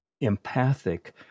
empathic